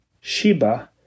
Sheba